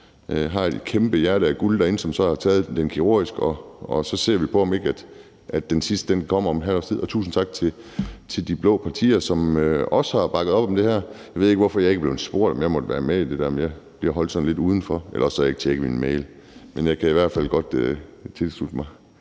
har et kæmpe hjerte af guld derinde, og man ser på det i forhold til det kirurgiske, og så ser vi på, om der ikke kommer noget om et halvt års tid . Og tusind tak til de blå partier, som også har bakket op om det her. Jeg ved ikke, hvorfor jeg ikke er blevet spurgt, om jeg måtte være med i det, men jeg bliver holdt sådan lidt udenfor, eller også har jeg ikke tjekket min mail, men jeg kan i hvert fald godt tilslutte mig